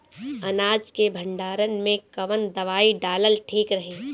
अनाज के भंडारन मैं कवन दवाई डालल ठीक रही?